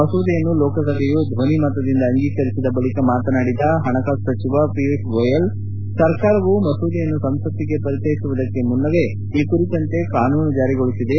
ಮಸೂದೆಯನ್ನು ಲೋಕಸಭೆಯು ಧ್ವನಿಮತದಿಂದ ಅಂಗೀಕರಿಸಿದ ಬಳಿಕ ಮಾತನಾಡಿದ ಹಣಕಾಸು ಸಚಿವ ಪಿಯೂಷ್ ಗೋಯಲ್ ಸರ್ಕಾರವು ಮಸೂದೆಯನ್ನು ಸಂಸತ್ತಿಗೆ ಪರಿಚಯಿಸುವುದಕ್ಕೆ ಮುನ್ತವೇ ಈ ಕುರಿತಂತೆ ಕಾನೂನು ಜಾರಿಗೊಳಿಸಿದೆ